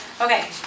Okay